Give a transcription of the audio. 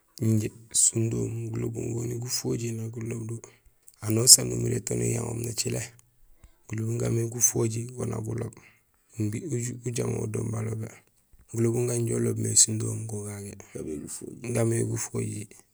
Injé sundohoom gulobum goni gufojiir na guloob do; anusaan umiré to niyaŋoom nucilé; gulobum gaamé gufojiir go nak guloob imbi uju ujamoor do balobé; gulobum ganjo uloob mé sunduhoom go gagé gaamé gufojiir.